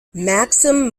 maxim